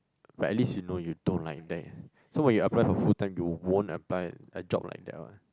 like at least you know you don't like that so when you apply for full time you won't apply like job like that one